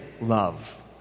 love